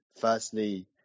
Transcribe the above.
firstly